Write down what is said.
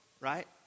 right